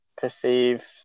perceive